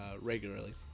regularly